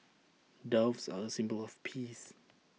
doves are A symbol of peace